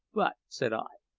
but, said i,